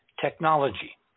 technology